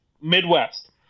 Midwest